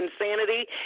insanity